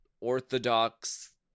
Orthodox